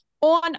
on